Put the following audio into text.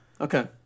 Okay